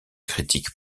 critique